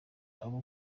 abo